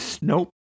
Nope